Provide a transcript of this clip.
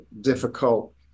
difficult